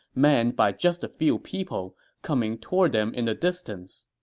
manned by just a few people, coming toward them in the distance.